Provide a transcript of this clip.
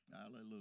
Hallelujah